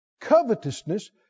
Covetousness